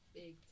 big